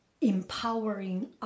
empowering